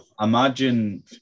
imagine